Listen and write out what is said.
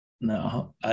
No